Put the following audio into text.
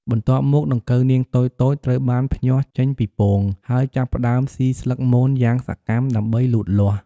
បន្ទាប់មក ដង្កូវនាងតូចៗត្រូវបានភ្ញាស់ចេញពីពង ហើយចាប់ផ្ដើមស៊ីស្លឹកមនយ៉ាងសកម្មដើម្បីលូតលាស់។